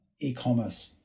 e-commerce